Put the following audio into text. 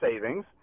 savings